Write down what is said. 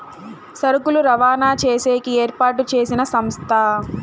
సరుకులు రవాణా చేసేకి ఏర్పాటు చేసిన సంస్థ